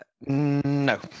No